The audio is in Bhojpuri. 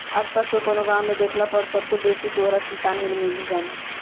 आस पास के कवनो गाँव में देखला पर सबसे बेसी तोहरा किसान ही मिलिहन